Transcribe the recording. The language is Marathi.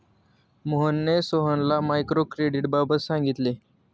मोहनने सोहनला मायक्रो क्रेडिटबाबत सांगितले